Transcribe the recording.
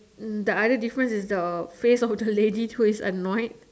mm the other difference is the face of the lady who is annoyed